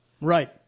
Right